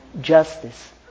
justice